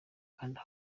kanda